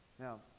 Now